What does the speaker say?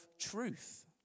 truth